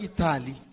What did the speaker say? Italy